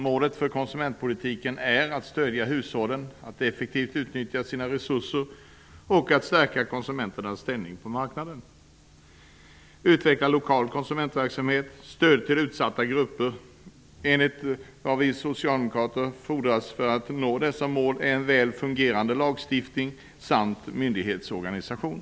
Målet för konsumentpolitiken är att stödja hushållen i deras strävan att effektivt utnyttja sina resurser och att stärka konsumenternas ställning på marknaden. För att nå målet har man utvecklat den lokala konsumentverksamheten samt givit stöd till utsatta grupper. Vi socialdemokrater anser att det därtill fordras en väl fungerande lagstiftning samt en myndighetsorganisation.